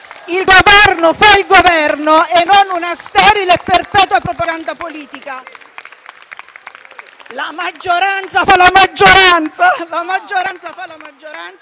Il Governo fa il Governo e non una sterile e perpetua propaganda politica. La maggioranza fa la maggioranza